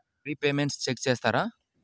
Repayments check చేస్తారా?